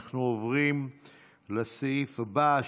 אנחנו עוברים לסעיף הבא,